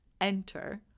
enter